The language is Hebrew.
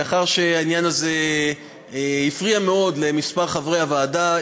לאחר שהעניין הזה הפריע מאוד לכמה חברי ועדה,